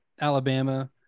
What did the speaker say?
Alabama